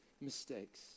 mistakes